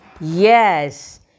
Yes